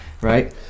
right